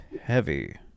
heavy